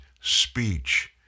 speech